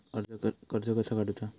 कर्ज कसा काडूचा?